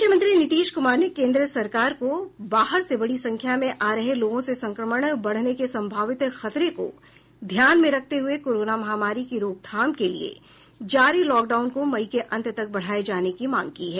मुख्यमंत्री नीतीश कुमार ने केंद्र सरकार को बाहर से बड़ी संख्या में आ रहे लोगों से संक्रमण बढ़ने के संभावित खतरे को ध्यान में रखते हुए कोरोना महामारी की रोकथाम के लिए जारी लॉक डाउन को मई के अंत तक बढ़ाए जाने की मांग की है